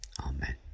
amen